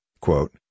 quote